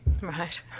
Right